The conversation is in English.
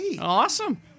Awesome